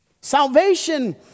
Salvation